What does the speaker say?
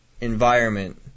environment